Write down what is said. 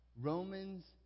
Romans